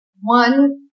one